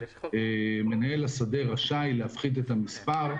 מנהל השדה רשאי להפחית את המספר.